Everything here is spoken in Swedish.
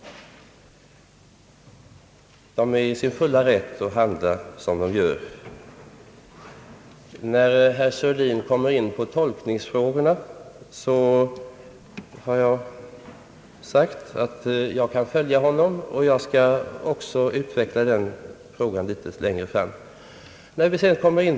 De är i sin fulla rätt att handla som de gör. När herr Sörlin har berört tolkningsfrågorna, har jag sagt att jag kan följa honom. Jag skall också utveckla detta litet längre fram.